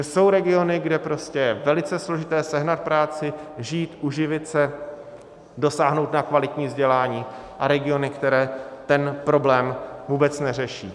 Jsou regiony, kde je velice složité sehnat práci, žít, uživit se, dosáhnout na kvalitní vzdělání, a regiony, které ten problém vůbec neřeší.